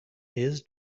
his